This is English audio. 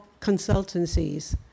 consultancies